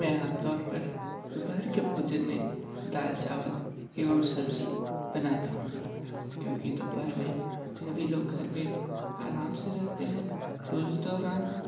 मैं आमतौर पर दोपहर के भोजन में दाल चावल एवं सब्ज़ी बनाता हूँ क्योंकि दोपहर में सभी लोग घर पे आराम से रहते हैं उस दौरान हम